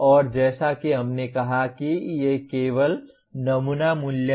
और जैसा कि हमने कहा कि ये केवल नमूना मूल्य हैं